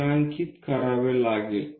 चिन्हांकित करावे लागेल